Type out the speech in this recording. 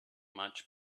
much